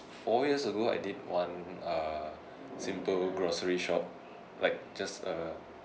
four years ago I did one uh simple grocery shop like just a